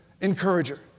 encourager